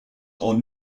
are